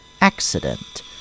accident